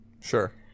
Sure